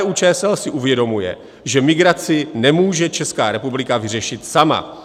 KDUČSL si uvědomuje, že migraci nemůže Česká republika vyřešit sama.